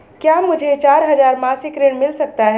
क्या मुझे चार हजार मासिक ऋण मिल सकता है?